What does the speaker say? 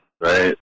right